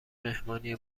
مهمانی